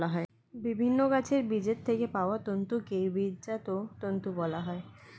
বিভিন্ন গাছের বীজের থেকে পাওয়া তন্তুকে বীজজাত তন্তু বলা হয়